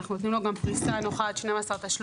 אנחנו נותנים לו פריסה נוחה עד 12 תשלומים.